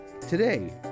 today